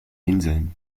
inseln